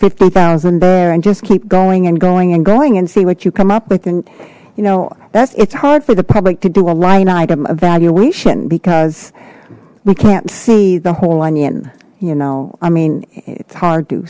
fifty thousand there and just keep going and going and going and see what you come up with and you know that's it's hard for the public to do a line item evaluation because you can't see the whole onion you know i mean it's hard to